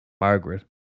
Margaret